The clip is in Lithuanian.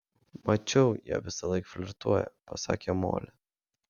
mačiau jie visąlaik flirtuoja pasakė moli